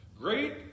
Great